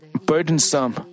burdensome